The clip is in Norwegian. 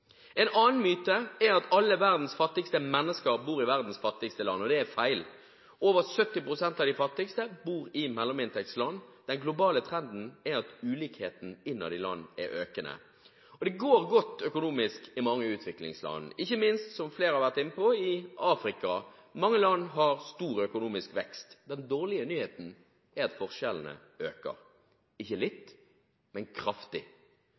En annen myte er at alle verdens fattigste mennesker bor i verdens fattigste land. Dette er feil. Over 70 pst. av de fattigste bor i mellominntektsland. Den globale trenden er at ulikhet innad i land er økende. Det går godt økonomisk i mange utviklingsland – ikke minst i Afrika, som mange har vært inne på. Mange land har stor økonomisk vekst, men den dårlige nyheten er at forskjellene øker – ikke litt, men kraftig.